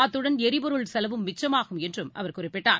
அத்துடன் எரிபொருள் செலவும் மிச்சமாகும் என்றும் அவர் குறிப்பிட்டார்